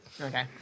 Okay